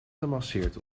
gemasseerd